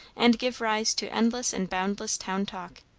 and give rise to endless and boundless town talk.